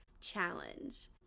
challenge